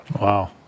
Wow